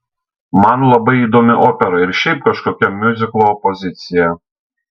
man labai įdomi opera ir šiaip kažkokia miuziklo opozicija